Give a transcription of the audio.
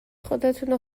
خودتونو